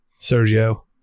Sergio